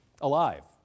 alive